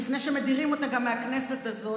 אותו,